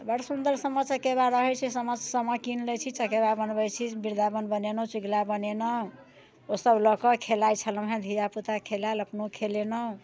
बड़ सुन्दर सामा चकेवा रहै छै सामा सामा कीन लै छी चकेवा बनबै छी वृन्दावन बनेलहुँ चुगला बनेलहुँ ओसब लऽ कऽ खेलाइ छलहुँ हँ धिया पूता खेलायल अपनो खेलेलहुँ